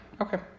Okay